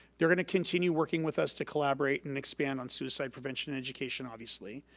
they're gonna continue working with us to collaborate and expand on suicide prevention and education, obviously.